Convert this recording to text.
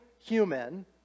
human